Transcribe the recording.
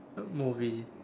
movie